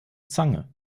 zange